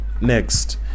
next